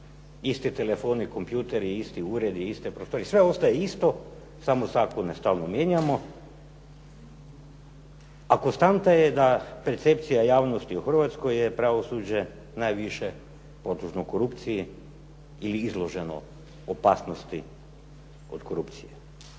isti telefoni, kompjutori, isti uredi, iste prostorije, sve ostaje isto, samo zakone stalno mijenjamo, a konstanta je da percepcija javnosti u Hrvatskoj je pravosuđe najviše podložno korupciji ili izloženo opasnosti od korupcije.